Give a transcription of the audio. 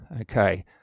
Okay